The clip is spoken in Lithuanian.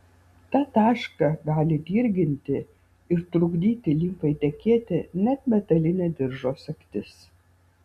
tą tašką gali dirginti ir trukdyti limfai tekėti net metalinė diržo sagtis